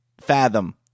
fathom